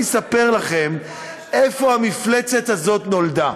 ואני אספר לכם איפה המפלצת הזאת נולדה.